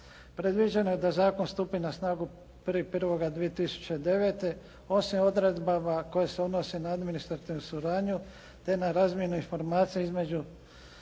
Predviđeno je da zakon stupi na snagu 1.1.2009. osim odredbama koje se odnose na administrativnu suradnju te na razmjenu informacija između